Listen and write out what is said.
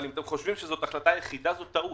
אבל אם אתם חושבים שזו ההחלטה היחידה זו טעות,